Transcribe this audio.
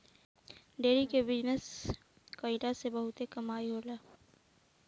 dairy के business कईला से बहुते कमाई होला